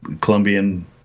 Colombian